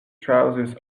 trousers